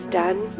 done